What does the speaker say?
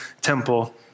temple